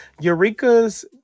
eureka's